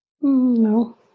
No